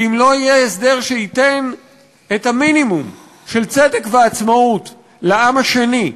ואם לא יהיה הסדר שייתן את המינימום של צדק ועצמאות לעם השני,